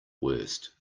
worst